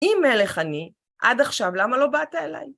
אם מלך אני, עד עכשיו למה לא באת אליי?